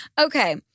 Okay